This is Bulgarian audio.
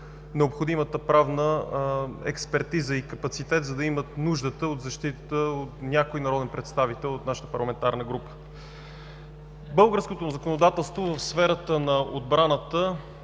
необходимата правна експертиза и капацитет, за да имат нуждата от защита от някой народен представител от нашата парламентарна група. Българското законодателство в сферата на отбраната,